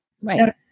Right